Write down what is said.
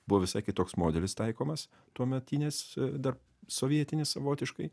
buvo visai kitoks modelis taikomas tuometinis dar sovietinis savotiškai